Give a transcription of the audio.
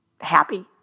happy